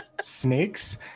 snakes